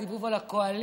סיבוב על הקואליציה.